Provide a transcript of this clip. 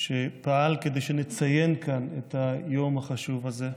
שפעל כדי שנציין כאן את היום החשוב הזה,